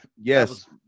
Yes